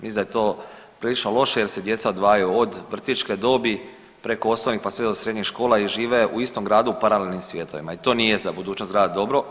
Mislim da je to prilično loše jer se djeca odvajaju od vrtićke dobi preko osnovnih pa sve do srednjih škola i žive u istom gradu u paralelnim svjetovima i to nije za budućnost grada dobro.